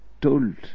told